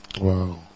Wow